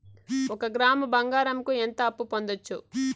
ఒక గ్రాము బంగారంకు ఎంత అప్పు పొందొచ్చు